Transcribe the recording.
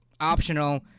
optional